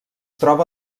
troba